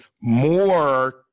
more